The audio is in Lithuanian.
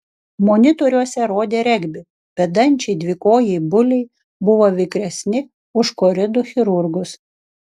monitoriuose rodė regbį bedančiai dvikojai buliai buvo vikresni už koridų chirurgus